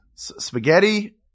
Spaghetti